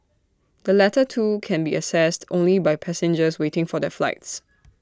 the latter two can be accessed only by passengers waiting for their flights